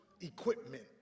equipment